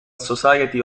society